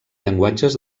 llenguatges